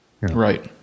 Right